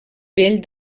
vell